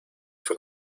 fue